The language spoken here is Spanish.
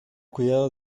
cuidado